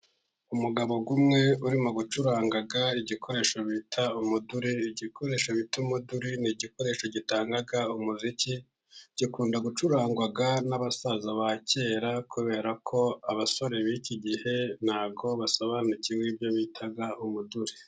umugabo umwe urimo gucuranga igikoresho bita umuduri . Igikoresho bita umuduri ni igikoresho gitanga umuziki, gikunda gucurangwa n'abasaza ba kera ,kubera ko abasore b'iki gihe ntago basobanukiwe ibyo bita umuduri.